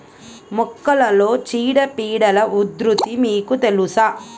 మొక్కలలో చీడపీడల ఉధృతి మీకు తెలుసా?